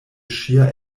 ŝia